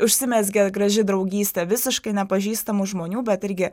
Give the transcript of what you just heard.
užsimezgė graži draugystė visiškai nepažįstamų žmonių bet irgi